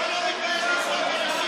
תתביישו.